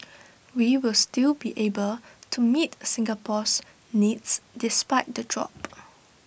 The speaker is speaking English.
we will still be able to meet Singapore's needs despite the drop